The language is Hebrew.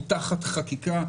הוא תחת חקיקה,